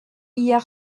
hier